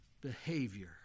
Behavior